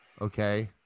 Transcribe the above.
okay